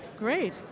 Great